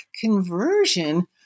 conversion